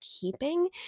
keeping